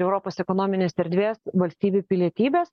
europos ekonominės erdvės valstybių pilietybes